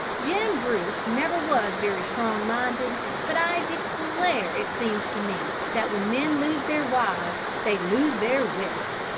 jim bruce never was very strong-minded, but i declare it seems to me that when men lose their wives, they lose their wits!